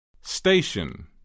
Station